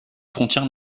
frontière